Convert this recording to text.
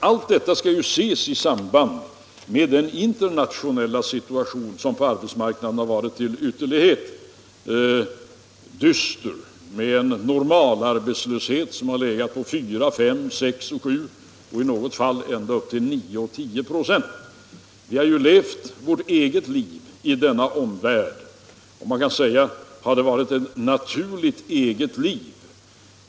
Allt detta skall sättas i samband med den internationella situationen på arbetsmarknaden, som har varit till ytterlighet dyster med en normal arbetslöshet som har legat på 4, 5, 6 och 7 och i något fall ända uppe på 9-10 96. Vi har levt vårt eget liv i denna omvärld. Man kan fråga om det har varit ett naturligt eget liv.